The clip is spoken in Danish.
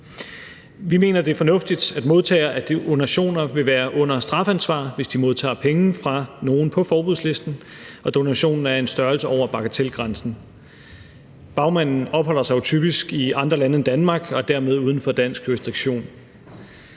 Vi mener, det er fornuftigt, at modtagere af donationer vil være under strafansvar, hvis de modtager penge fra nogen på forbudslisten og donationen er af en størrelse over bagatelgrænsen. Bagmanden opholder sig jo typisk i andre lande end Danmark og dermed uden for dansk jurisdiktion.